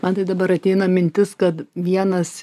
man tai dabar ateina mintis kad vienas